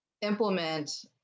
implement